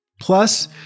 Plus